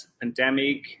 pandemic